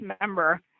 member